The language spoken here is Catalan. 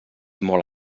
molt